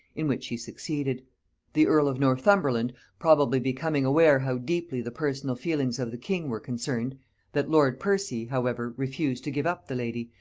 in which he succeeded the earl of northumberland probably becoming aware how deeply the personal feelings of the king were concerned that lord percy, however, refused to give up the lady,